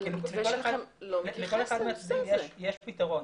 לכל אחד מהצדדים יש פתרון.